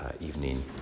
evening